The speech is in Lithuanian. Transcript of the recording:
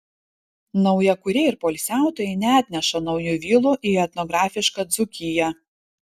naujakuriai ir poilsiautojai neatneša naujų vilų į etnografišką dzūkiją